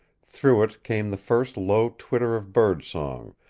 through it came the first low twitter of birdsong,